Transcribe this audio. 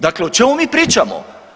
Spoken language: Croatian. Dakle, o čemu mi pričamo?